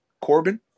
Corbin